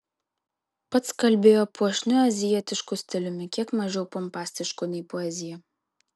pats kalbėjo puošniu azijietišku stiliumi kiek mažiau pompastišku nei poezija